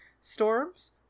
storms